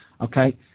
okay